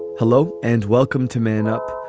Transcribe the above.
hello and welcome to man up,